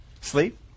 Sleep